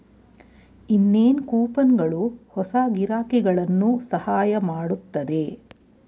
ಇನ್ನೇನ್ ಕೂಪನ್ಗಳು ಹೊಸ ಗಿರಾಕಿಗಳನ್ನು ಸಹಾಯ ಮಾಡುತ್ತದೆ